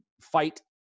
fight